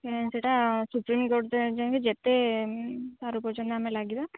କେଜାଣି ସେଇଟା supreme court ଯାକେ ଯେତେ ପାରୁ ପର୍ଯ୍ୟନ୍ତ ଆମେ ଲାଗିବା